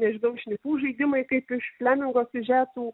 nežinau šnipų žaidimai kaip iš flemingo siužetų